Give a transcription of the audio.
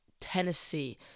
Tennessee